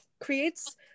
creates